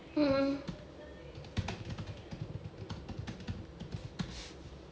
mm